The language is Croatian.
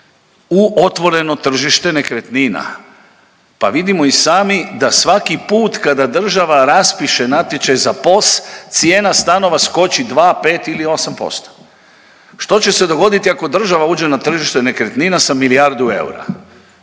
U otvoreno tržište nekretnina? Pa vidimo i sami da svaki put kada država raspiše natječaj za POS, cijena stanova skoči 2, 5 ili 8%. Što će se dogoditi ako država uđe na tržište nekretnina sa milijardu eura.